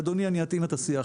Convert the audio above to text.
אדוני, אני אתאים את השיח.